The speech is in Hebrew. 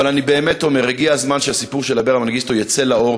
אבל אני באמת אומר: הגיע הזמן שהסיפור של אברה מנגיסטו יצא לאור,